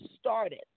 started